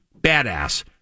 Badass